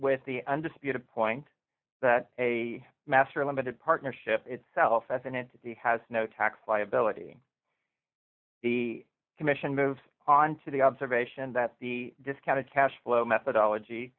with the undisputed point that a master limited partnerships itself as an entity has no tax liability the commission move on to the observation that the discounted cash flow methodology